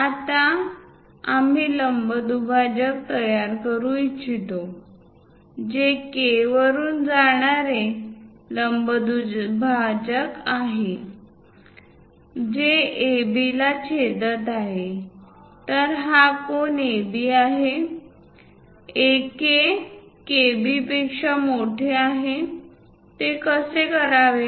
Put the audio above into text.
आता आम्ही लंब दुभाजक तयार करू इच्छितो जे K वरून जाणारे लंबदुभाजक आहे जे AB ला छेदत आहे तर हा कोन AB आहे AK KBपेक्षा मोठे आहे ते कसे करावे